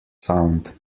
sound